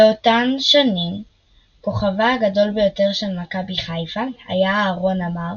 באותן שנים כוכבה הגדול ביותר של מכבי חיפה היה אהרון אמר,